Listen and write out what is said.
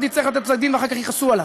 יצטרך לתת פסק דין ואחר כך יכעסו עליו?